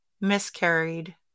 miscarried